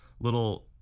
little